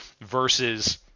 versus